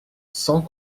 sans